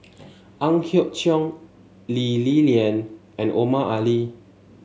Ang Hiong Chiok Lee Li Lian and Omar Ali